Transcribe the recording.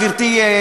גברתי,